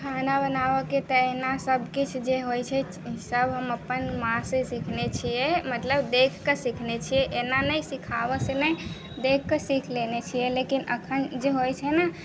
खाना बनाबे के तऽ एना सब किछु जे होइ छै सब हम अपन माँ से सीखने छियै मतलब देख के सीखने छियै एना नहि सीखाबऽ से नहि देख के सीख लेने छियै लेकिन अखन जे होइ छै ने